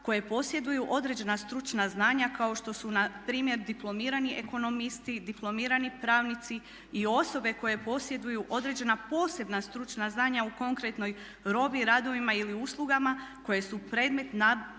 koje posjeduju određena stručna znanja kao što su npr. diplomirani ekonomisti, diplomirani pravnici i osobe koje posjeduju određena posebna stručna znanja u konkretnoj robi, radovima ili uslugama koje su predmet javne